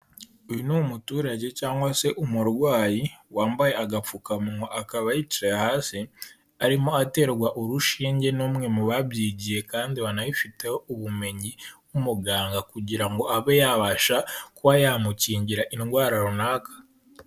Uyu ni umuturage cyangwa se umurwayi wambaye agapfukamuwa, akaba yicaye hasi arimo aterwa urushinge n'umwe mu babyigiye kandi banabifiteho ubumenyi w'umuganga, kugira ngo abe yabasha kuba yamukingira indwara runaka.